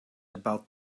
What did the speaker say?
about